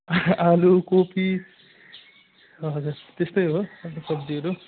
आलु कोपी हजुर त्यस्तै हो यहाँको सब्जीहरू